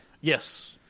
Yes